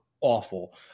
awful